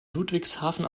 ludwigshafen